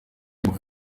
ngira